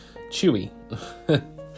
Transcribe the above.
chewy